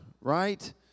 right